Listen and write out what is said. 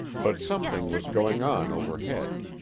but something was going on overhead.